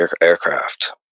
aircraft